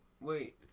Wait